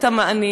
את המענים.